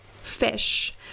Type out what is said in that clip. fish